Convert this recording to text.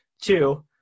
Two